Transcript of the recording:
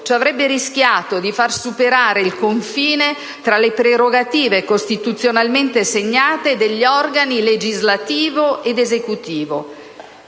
Ciò avrebbe rischiato di far superare il confine tra le prerogative costituzionalmente segnate degli organi legislativo ed esecutivo.